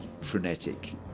frenetic